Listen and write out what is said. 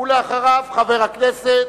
אחריו, חבר הכנסת